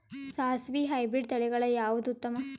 ಸಾಸಿವಿ ಹೈಬ್ರಿಡ್ ತಳಿಗಳ ಯಾವದು ಉತ್ತಮ?